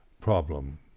problem